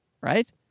Right